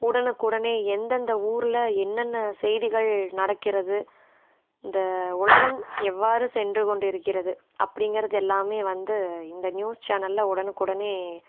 உடனுக்குடனே எந்தெந்த ஊரில் என்னென்ன செய்திகள் நடக்கிறது இந்த உலகம் எவ்வாறு சென்று கொண்டிருக்கிறது அப்படிங்கிறது எல்லாமே வந்து இந்த நியூஸ் சேனல்ல உடனுக்குடனே